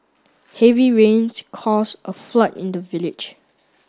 heavy rains caused a flood in the village